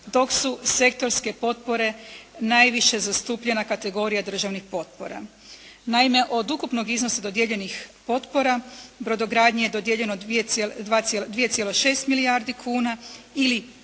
dok su sektorske potpore najviše zastupljena kategorija državnih potpora. Naime, od ukupnog iznosa dodijeljenih potpora brodogradnji je dodijeljeno 2,6 milijardi kuna ili